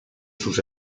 sus